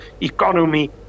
economy